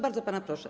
Bardzo pana proszę.